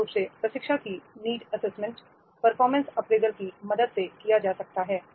मूल रूप से प्रशिक्षण की नीड एसेसमेंट्स परफॉर्मेंस अप्रेजल की मदद से किया जा सकता है